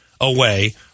away